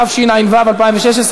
התשע"ו 2016,